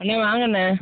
அண்ணன் வாங்கண்ண